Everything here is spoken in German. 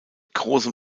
großem